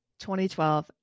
2012